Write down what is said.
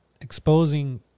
exposing